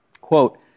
quote